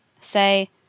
say